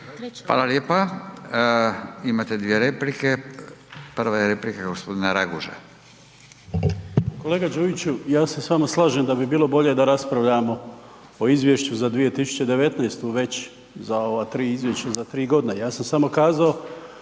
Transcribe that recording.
Hvala lijepa. Imate dvije replike. Prva je replika gospodina Rakuža. **Raguž, Željko (HDZ)** Kolega Đujiću ja se s vama slažem da bi bilo bolje da raspravljamo o Izvješću za 2019. već za ova tri izvješća za tri godine. Ja sam samo kazao